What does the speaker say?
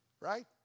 Right